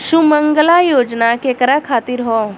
सुमँगला योजना केकरा खातिर ह?